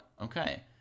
okay